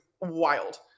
wild